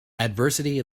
adversity